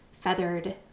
feathered